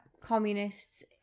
communists